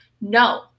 No